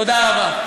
תודה רבה.